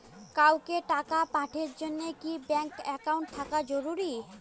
কাউকে টাকা পাঠের জন্যে কি ব্যাংক একাউন্ট থাকা জরুরি?